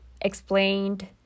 explained